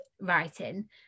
writing